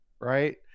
right